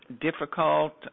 difficult